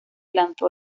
lanzó